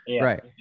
Right